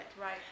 Right